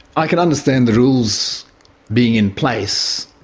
i can understand the rules being in place.